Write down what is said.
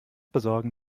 besorgen